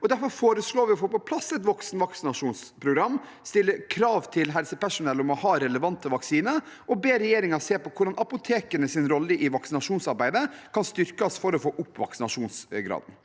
Derfor foreslår vi å få på plass et voksenvaksinasjonsprogram, stille krav til helsepersonell om å ha relevante vaksiner og be regjeringen se på hvordan apotekenes rolle i vaksinasjonsarbeidet kan styrkes for å få opp vaksinasjonsgraden.